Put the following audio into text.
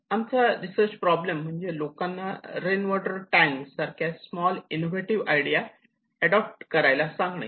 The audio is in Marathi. आमचा रिसर्च प्रॉब्लेम म्हणजे लोकांना रेन वॉटर टँक सारख्या स्मॉल इनोव्हेटिव्ह आयडिया अडॉप्ट करायला सांगतो